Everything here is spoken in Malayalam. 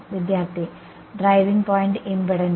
വിദ്യാർത്ഥി ഡ്രൈവിംഗ് പോയിന്റ് ഇംപെഡൻസ്